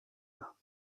bas